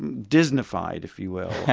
and disney-fied, if you will.